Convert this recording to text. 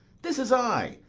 this is i,